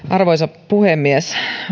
arvoisa puhemies